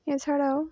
এছাড়াও